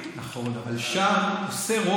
גם שם יש חיילים אלמונים.